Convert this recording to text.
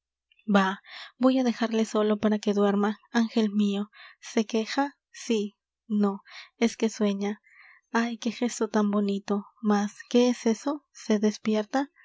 bah voy á dejarle solo para que duerma angel mio se queja sí nó es que sueña ay qué gesto tan bonito mas qué es eso se despierta